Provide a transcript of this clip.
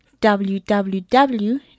www